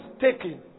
taken